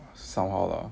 somehow lah